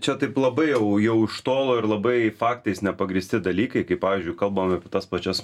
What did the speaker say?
čia taip labai jau jau iš tolo ir labai faktais nepagrįsti dalykai kaip pavyzdžiui kalbam apie tas pačias